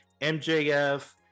MJF